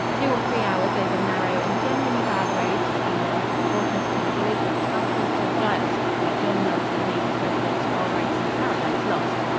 two or three hours over narrow and generally bad roads for england brought us to the village of chalfont st. giles, where john milton made his residence while writing paradise lost.